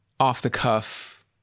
off-the-cuff